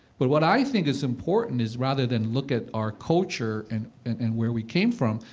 but what i think is important is, rather than look at our culture and and and where we came from,